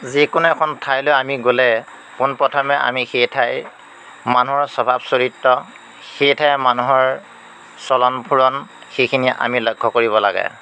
যিকোনো এখন ঠাইলৈ আমি গ'লে পোনপ্ৰথমে আমি সেই ঠাইৰ মানুহৰ স্বভাৱ চৰিত্ৰ সেই ঠাইৰ মানুহৰ চলন ফুৰণ সেইখিনি আমি লক্ষ্য কৰিব লাগে